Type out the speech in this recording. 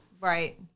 Right